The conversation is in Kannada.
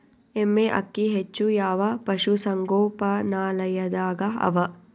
ಎಮ್ಮೆ ಅಕ್ಕಿ ಹೆಚ್ಚು ಯಾವ ಪಶುಸಂಗೋಪನಾಲಯದಾಗ ಅವಾ?